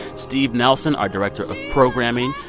steve nelson, our director of programming,